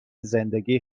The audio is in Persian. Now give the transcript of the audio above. زندگی